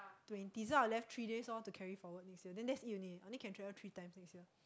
twenty so I left three days lor to carry forward next year then that's it only only can travel three times next year